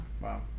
Wow